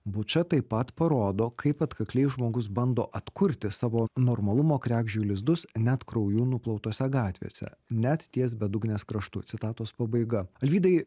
buča taip pat parodo kaip atkakliai žmogus bando atkurti savo normalumo kregždžių lizdus net krauju nuplautose gatvėse net ties bedugnės kraštu citatos pabaiga alvydai